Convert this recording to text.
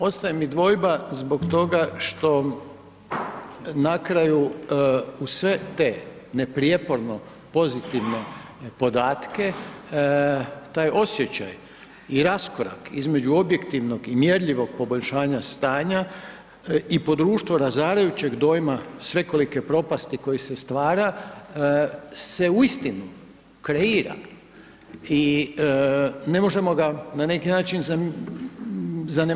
Ostaje mi dvojba zbog toga što na kraju uz sve te neprijeporno pozitivne podatke, taj osjećaj i raskorak između objektivnog i mjerljivog poboljšanja stanja i po društvu razarajućeg dojma svekolike propasti koji se stvara se uistinu kreira i ne možemo ga na neki način zanemariti.